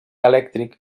elèctric